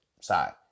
side